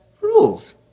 rules